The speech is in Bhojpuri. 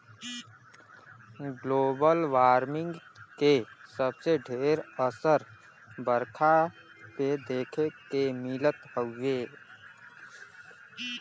ग्लोबल बर्मिंग के सबसे ढेर असर बरखा पे देखे के मिलत हउवे